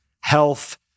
health